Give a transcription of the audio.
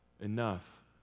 enough